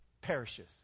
perishes